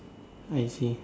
I see